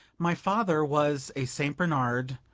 my father was a st. bernard,